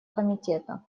комитета